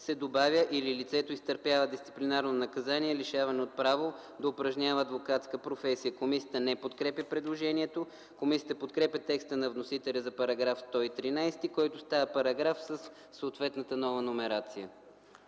се добавя „или лицето изтърпява дисциплинарно наказание „лишаване от право да упражнява адвокатска професия”. Комисията не подкрепя предложението. Комисията подкрепя текста на вносителя за § 113, който става параграф със съответната нова номерация.